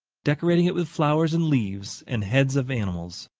decorating it with flowers and leaves, and heads of animals.